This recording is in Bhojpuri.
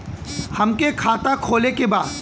हमके खाता खोले के बा?